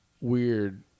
weird